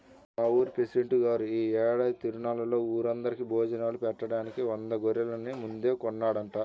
మా ఊరి పెసిడెంట్ గారు యీ ఏడాది తిరునాళ్ళలో ఊరందరికీ భోజనాలు బెట్టడానికి వంద గొర్రెల్ని ముందే కొన్నాడంట